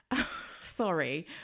Sorry